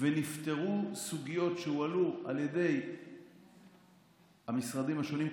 ונפתרו סוגיות שהועלו על ידי המשרדים השונים,